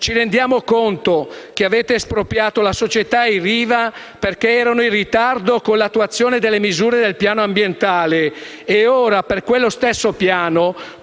Ci rendiamo conto che avete espropriato la società e i Riva perché erano in ritardo con l'attuazione delle misure del piano ambientale e ora per quello stesso piano